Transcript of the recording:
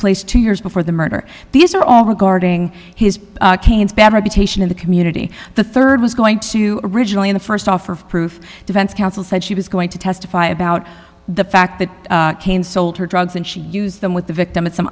place two years before the murder these are all regarding his cain's bad reputation in the community the third was going to originally in the first offer of proof defense counsel said she was going to testify about the fact that cain sold her drugs and she used them with the victim